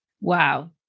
Wow